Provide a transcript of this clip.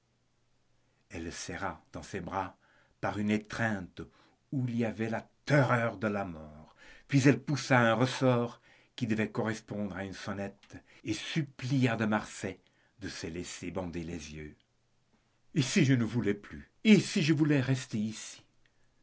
elle le serra dans ses bras par une étreinte où il y avait la terreur de la mort puis elle poussa un ressort qui devait répondre à une sonnette et supplia de marsay de se laisser bander les yeux et si je ne voulais plus et si je voulais rester ici